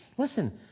Listen